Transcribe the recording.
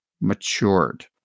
matured